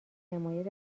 حمایت